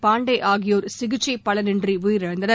பாண்டே ஆகியோர் சிகிச்சை பலனின்றி உயிரிழந்தனர்